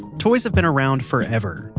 toys have been around forever,